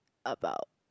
about